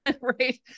right